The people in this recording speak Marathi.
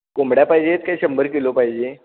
कोंबड्या पाहिजेत का शंभर किलो पाहिजे